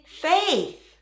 faith